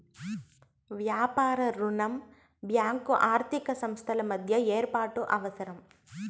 వ్యాపార రుణం బ్యాంకు ఆర్థిక సంస్థల మధ్య ఏర్పాటు అవసరం